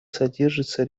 содержится